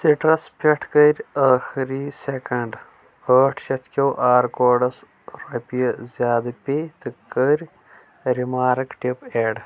سِٹرس پٮ۪ٹھ کَر ٲخٕری سیٚکنڈ آٹھ شیتھ کٮ۪و آر کوڈَس رۄپیہِ زیٛادٕ پے تہٕ کٔرۍ ریمارٕک ٹِپ ایڈ